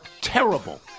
terrible